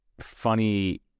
funny